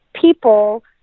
people